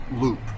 loop